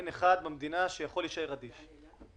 אין אחד במדינה שיכול להישאר אדיש לזה.